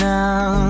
Now